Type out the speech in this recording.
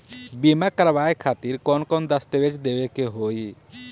बीमा करवाए खातिर कौन कौन दस्तावेज़ देवे के होई?